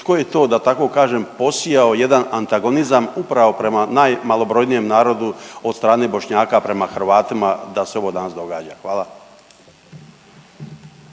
tko je to, da tako kažem, posijao jedan antagonizam upravo prema najmalobrojnijem narodu od strane Bošnjaka prema Hrvatima da se ovo danas događa. Hvala.